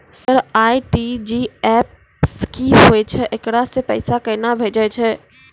Sir RTGS की होय छै, एकरा से पैसा केना भेजै छै?